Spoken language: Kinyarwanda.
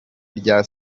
rya